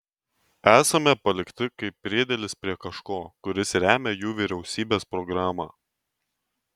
esame palikti kaip priedėlis prie kažko kuris remią jų vyriausybės programą